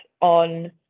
on